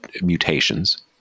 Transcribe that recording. mutations